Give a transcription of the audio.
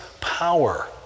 power